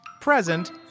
Present